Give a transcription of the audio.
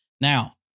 Now